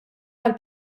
għal